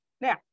Now